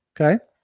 okay